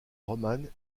romane